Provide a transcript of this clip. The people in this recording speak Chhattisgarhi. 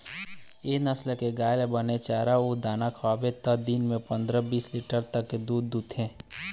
ए नसल के गाय ल बने चारा अउ दाना खवाबे त दिन म पंदरा, बीस लीटर तक दूद देथे